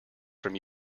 from